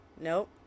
nope